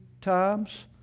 times